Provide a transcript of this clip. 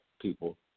people